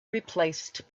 replaced